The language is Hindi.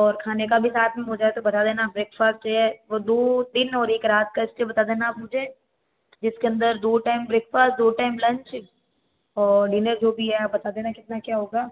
और खाने का भी साथ में हो जाए तो बता देना ब्रेकफास्ट है और दो दिन और एक रात का स्टे बता देना आप मुझे जिसके अंदर दो टाइम ब्रेकफास्ट दो टाइम लंच और डिनर जो भी है आप बता देना कितना है क्या होगा